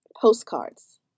Postcards